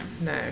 no